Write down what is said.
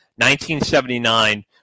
1979